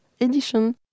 edition